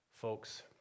Folks